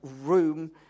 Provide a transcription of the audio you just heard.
room